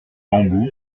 bambous